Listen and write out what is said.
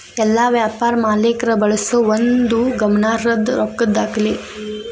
ಎಲ್ಲಾ ವ್ಯಾಪಾರ ಮಾಲೇಕ್ರ ಬಳಸೋ ಒಂದು ಗಮನಾರ್ಹದ್ದ ರೊಕ್ಕದ್ ದಾಖಲೆ